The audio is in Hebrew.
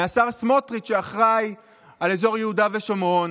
מהשר סמוטריץ' שאחראי על אזור יהודה ושומרון,